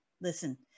Listen